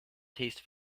taste